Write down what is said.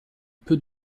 peu